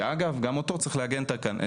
שאגב גם אותו צריך לעגן תכנונית.